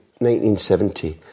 1970